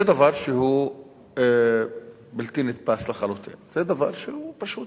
זה דבר שהוא בלתי נתפס לחלוטין, זה דבר שהוא פשוט